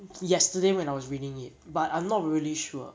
yesterday when I was reading it but I'm not really sure